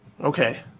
Okay